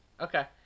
Okay